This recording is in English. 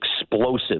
explosive